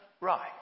right